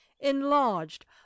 enlarged